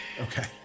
Okay